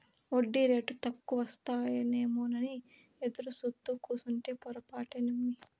ఒడ్డీరేటు తక్కువకొస్తాయేమోనని ఎదురుసూత్తూ కూసుంటే పొరపాటే నమ్మి